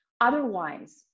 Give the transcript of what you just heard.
Otherwise